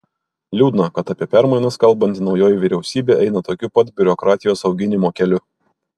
liūdna kad apie permainas kalbanti naujoji vyriausybė eina tokiu pat biurokratijos auginimo keliu